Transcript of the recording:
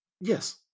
Yes